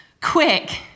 quick